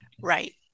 Right